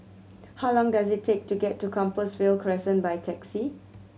how long does it take to get to Compassvale Crescent by taxi